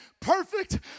Perfect